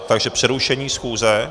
Takže přerušení schůze?